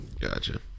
gotcha